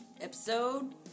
Episode